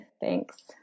Thanks